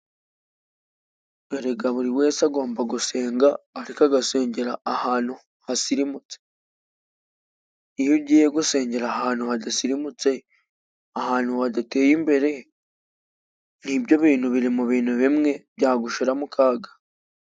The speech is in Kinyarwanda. Erega buri wese agomba gusenga ariko agasengera ahantu hasirimutse, iyo ugiye gusengera ahantu hadasirimutse ahantu hadateye imbere, n'ibyo bintu biri mu bintu bimwe byagushira mu kaga.